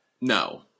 No